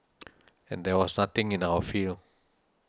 and there was nothing in our field